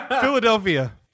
Philadelphia